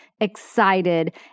excited